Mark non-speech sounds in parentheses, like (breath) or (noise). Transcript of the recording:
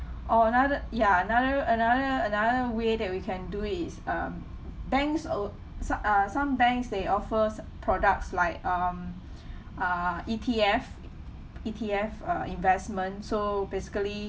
or another ya another another another way that we can do is um banks al~ so~ uh some banks they offers products like um (breath) err E_T_F E_T_F uh investment so basically